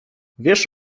wiesz